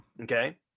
Okay